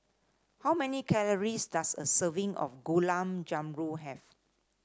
how many calories does a serving of Gulab Jamun have